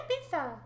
pizza